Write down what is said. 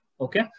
Okay